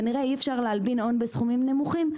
וכנראה אי אפשר להלבין הון בסכומים נמוכים,